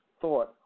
thought